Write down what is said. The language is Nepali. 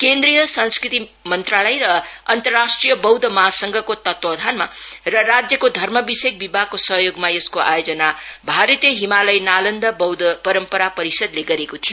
केन्द्रीय संस्कृति मन्त्रालय र अन्तरराष्ट्रिय बौद्ध महासंघको तत्वावधानमा र राष्ट्य धर्मविषयक विभागको सहयोगमा यसको आयोजना भारतीय हिमालय नालन्दा बौद्ध परम्परा परिषद्ले गरेको थियो